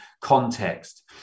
context